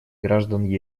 граждан